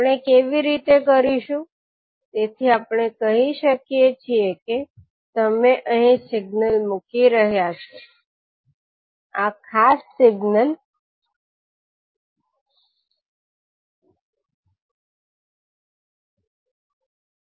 આપણે કેવી રીતે કરીશું તેથી આપણે કહી શકીએ છીએ કે તમે અહીં સિગ્નલ મૂકી રહ્યા છો આ ખાસ સિગ્નલ ખસી રહ્યું છે તેથી તે આ બાજુથી ખસી રહ્યું છે આપણે આ અક્ષ ને લેમ્બડા કહીએ તેથી તમે શિફ્ટ કરી રહ્યાં છો આ કઇક એવું હોઈ શકે છે જો તમે આને ℎ 𝑡 𝜆 કહો તો તમે આ ફંક્શન શિફ્ટ કરો જેથી તમે જે વ્યાખ્યાયિત કર્યું છે ∞hxt λdλ